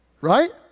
Right